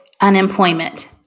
Unemployment